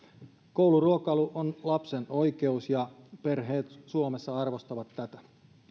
kouluruokailu on lapsen oikeus ja perheet suomessa arvostavat tätä